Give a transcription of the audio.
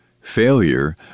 Failure